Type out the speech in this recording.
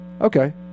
Okay